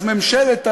אז ממשלת הלובים,